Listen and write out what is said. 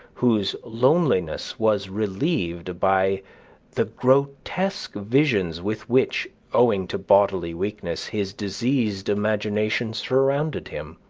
whose loneliness was relieved by the grotesque visions with which, owing to bodily weakness, his diseased imagination surrounded him,